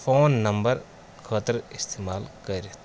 phone number خٲطرٕ اِستعمال کٔرِتھ